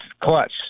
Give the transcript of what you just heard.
clutch